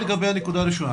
לגבי הנקודה הראשונה.